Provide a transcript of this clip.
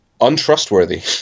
untrustworthy